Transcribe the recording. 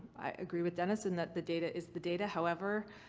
i agree with dennis in that the data is the data, however,